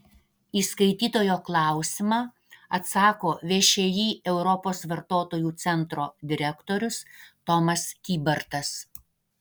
į skaitytojo klausimą atsako všį europos vartotojų centro direktorius tomas kybartas